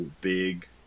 big